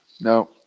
No